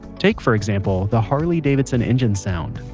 take, for example, the harley davidson engine sound.